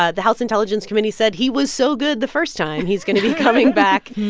ah the house intelligence committee said he was so good the first time, he's going to be coming back.